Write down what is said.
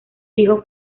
hijos